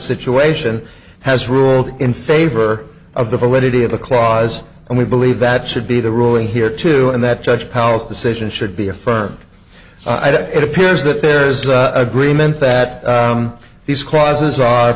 situation has ruled in favor of the validity of the clause and we believe that should be the ruling here too and that judge powers decision should be affirmed it appears that there's agreement that these clauses are